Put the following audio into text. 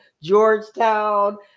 Georgetown